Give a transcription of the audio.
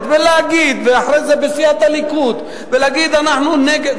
ואחרי זה בסיעת הליכוד ולהגיד: אנחנו נגד,